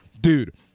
Dude